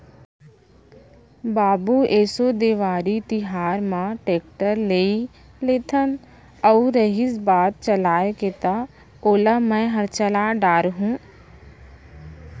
बाबू एसो देवारी तिहार म टेक्टर लेइ लेथन अउ रहिस बात चलाय के त ओला मैंहर चला डार हूँ